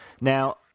Now